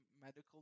medical